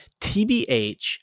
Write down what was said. TBH